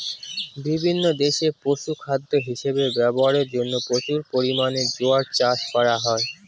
বিভিন্ন দেশে পশুখাদ্য হিসাবে ব্যবহারের জন্য প্রচুর পরিমাণে জোয়ার চাষ করা হয়